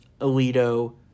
Alito